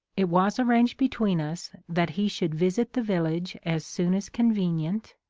it was arranged between us that he should visit the village as soon as convenient,